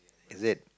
is it